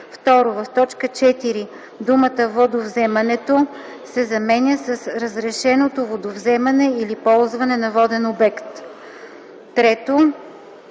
т. 4 думата „водовземането” се заменя с „разрешеното водовземане или ползване на воден обект”. 3.